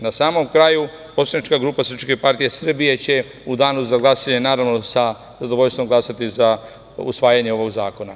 Na samom kraju, poslanička grupa SPS će u danu za glasanje sa zadovoljstvom glasati za usvajanje ovog zakona.